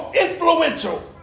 influential